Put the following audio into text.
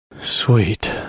Sweet